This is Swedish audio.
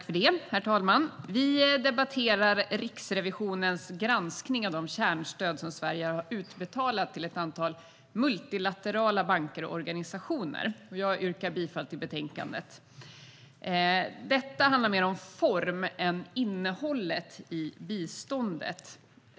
Herr talman! Vi debatterar Riksrevisionens granskning av de kärnstöd som Sverige utbetalat till ett antal multilaterala banker och organisationer. Jag yrkar bifall till förslaget i betänkandet. Detta handlar mer om formen för biståndet än om innehållet.